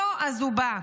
קראו לו אז הוא בא.